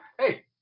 hey